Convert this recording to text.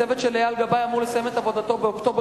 הצוות של אייל גבאי אמור לסיים את עבודתו באוקטובר-נובמבר.